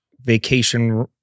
vacation